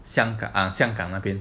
香港香港那边